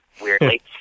weirdly